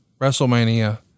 WrestleMania